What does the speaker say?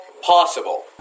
possible